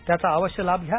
त्याचा आवश्य लाभ घ्या